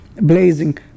Blazing